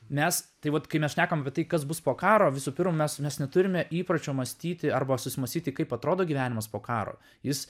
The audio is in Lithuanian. mes tai vat kai mes šnekam apie tai kas bus po karo visų pirma mes mes neturime įpročio mąstyti arba susimąstyti kaip atrodo gyvenimas po karo jis